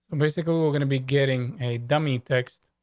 basically, we're gonna be getting a dummy text.